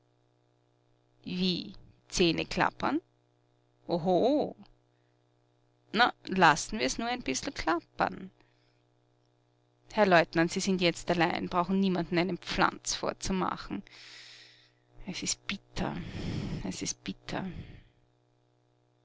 wie zähneklappern oho na lassen wir's nur ein biss'l klappern herr leutnant sie sind jetzt allein brauchen niemandem einen pflanz vorzumachen es ist bitter es ist bitter